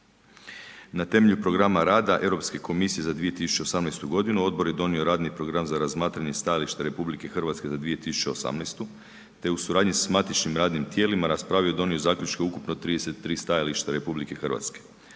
Na temelju programa rada Europske komisije za 2018. godinu odbor je donio radni program za razmatranje stajališta RH za 2018. te u suradnji sa matičnim radnim tijelima raspravio i donio zaključke ukupno 33 stajališta RH. Vlada je